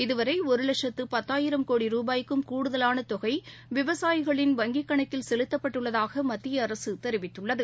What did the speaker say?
இதுவரைஒருலட்சத்துபத்தாயிரம் கோடி ருபாய்க்கும் கூடுதவாளதொகைவிவசாயிகளின் வங்கிக் கணக்கில் செலுத்தப்பட்டுள்ளதாகமத்தியஅரசுதெரிவித்துள்ளது